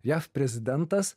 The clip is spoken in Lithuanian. jav prezidentas